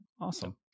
Awesome